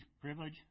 privilege